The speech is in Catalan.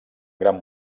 gran